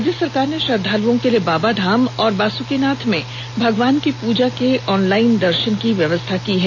राज्य सरकार ने श्रद्धालुओं के लिए बाबाधाम और बासुकीनाथ में भगवान की पूजा के ऑनलाइन दर्शन की व्यवस्था की है